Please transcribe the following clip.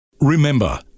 Remember